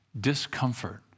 discomfort